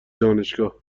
دانشگاهمی